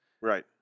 Right